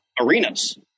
arenas